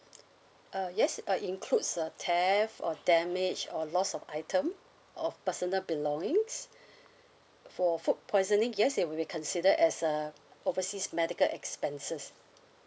uh yes uh includes uh theft or damage or loss of item of personal belongings for food poisoning yes it will be consider as uh overseas medical expenses